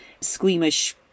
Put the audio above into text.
squeamish